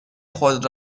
خود